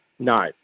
No